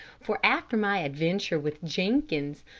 for after my adventure with jenkins,